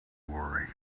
worry